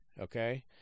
okay